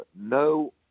no